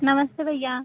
नमस्ते भैया